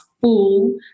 full